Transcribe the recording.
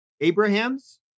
Abrahams